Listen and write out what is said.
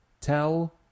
Tell